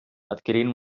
adquirint